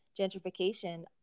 gentrification